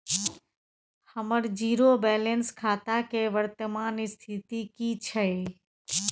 हमर zero balance खाता के वर्तमान स्थिति की छै?